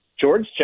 George